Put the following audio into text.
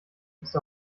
ist